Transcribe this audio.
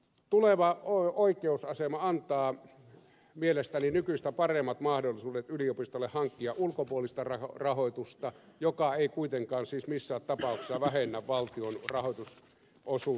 tuleva oikeusasema antaa mielestäni nykyistä paremmat mahdollisuudet yliopistoille hankkia ulkopuolista rahoitusta mikä ei kuitenkaan siis missään tapauksessa vähennä valtion rahoitusosuutta yliopistoille